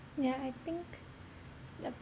yeah I think yeah